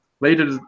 later